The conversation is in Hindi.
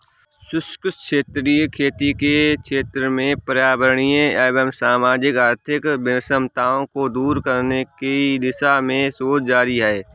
शुष्क क्षेत्रीय खेती के क्षेत्र में पर्यावरणीय एवं सामाजिक आर्थिक विषमताओं को दूर करने की दिशा में शोध जारी है